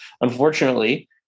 unfortunately